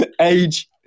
Age